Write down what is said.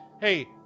hey